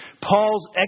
Paul's